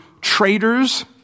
traitors